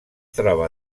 troba